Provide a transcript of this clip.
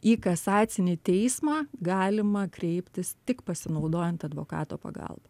į kasacinį teismą galima kreiptis tik pasinaudojant advokato pagalba